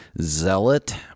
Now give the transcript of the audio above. zealot